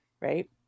Right